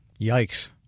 Yikes